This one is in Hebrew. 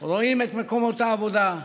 רואים את מקומות העבודה,